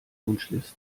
wunschliste